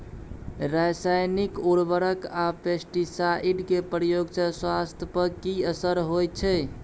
रसायनिक उर्वरक आ पेस्टिसाइड के प्रयोग से स्वास्थ्य पर कि असर होए छै?